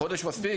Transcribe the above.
חודש זה מספיק?